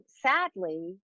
sadly